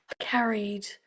carried